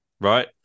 right